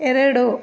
ಎರಡು